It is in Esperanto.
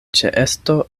ĉeesto